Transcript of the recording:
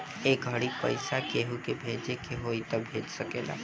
ए घड़ी पइसा केहु के भेजे के होई त भेज सकेल